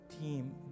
team